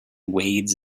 wades